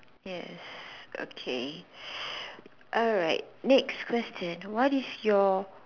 yes okay alright next question what is your